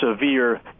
severe